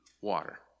water